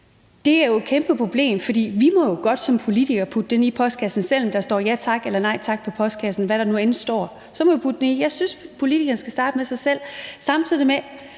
Det er jo et kæmpeproblem, for vi må jo godt som politikere putte dem i postkassen, uanset om der står ja tak eller nej tak på postkassen – hvad der nu end står. Så må vi putte dem i. Jeg synes, at politikere skal starte med sig selv. Samtidig vil